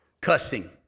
cussing